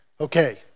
Okay